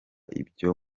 ibyo